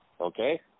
Okay